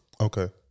Okay